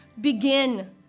begin